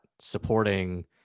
supporting